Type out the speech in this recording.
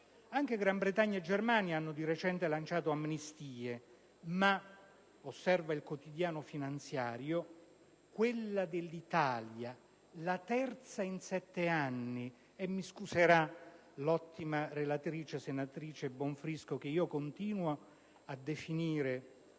Anche Gran Bretagna e Germania hanno di recente lanciato amnistie ma, osserva il quotidiano finanziario, quella dell'Italia è la terza in sette anni - e mi scuserà l'ottima relatrice, senatrice Bonfrisco, se io continuo a definirla